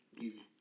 Easy